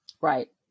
Right